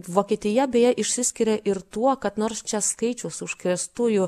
vokietija beje išsiskiria ir tuo kad nors čia skaičius užkrėstųjų